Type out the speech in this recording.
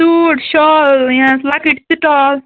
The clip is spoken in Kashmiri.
سوٗٹ شال یا لۅکٕٹۍ سِٹال